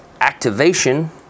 activation